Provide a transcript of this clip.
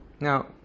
Now